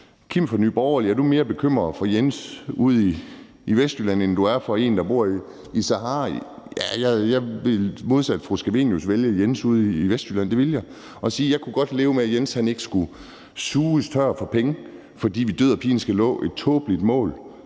»Kim fra Nye Borgerlige, er du mere bekymret for Jens ude i Vestjylland, end du er for en, der bor i Sahara?« Ja, jeg vil modsat fru Theresa Scavenius vælge Jens ude i Vestjylland, det ville jeg, og sige, at jeg godt kunne leve med, at Jens ikke skulle suges tør for penge, fordi vi død og pine skal nå et tåbeligt mål